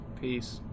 peace